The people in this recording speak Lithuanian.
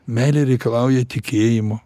meilė reikalauja tikėjimo